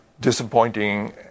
disappointing